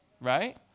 right